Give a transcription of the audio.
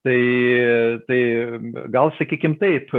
tai tai gal sakykim taip